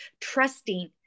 trusting